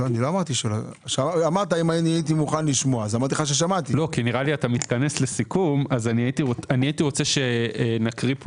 נראה לי שאתה מתכנס לסיכום והייתי רוצה שנקריא פה